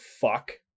fuck